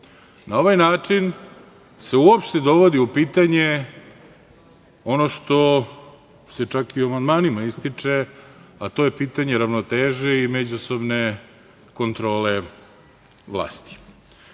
Na ovaj način se uopšte dovodi u pitanje ono što se čak i u amandmanima ističe, a to je pitanje ravnoteže i međusobne kontrole